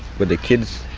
with the kids.